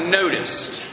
noticed